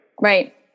Right